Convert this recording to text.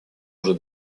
уже